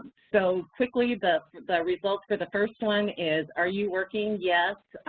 so quickly, the results for the first one is, are you working? yes,